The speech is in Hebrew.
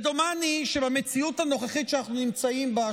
ודומני שבמציאות הנוכחית שאנחנו נמצאים בה,